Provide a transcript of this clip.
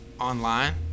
online